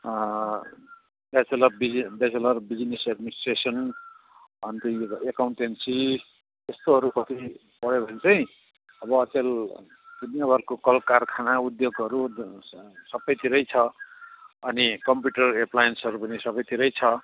bachelor business bachelor of business application अनि accountancy यस्तोहरूपट्टि गयो भने चाहिँ अब अचेल दुनियाँभरको कलकारखाना उद्योगहरू सबैतिरै छ अनि कम्प्युटर एप्लाइन्सहरू पनि सबैतिरै छ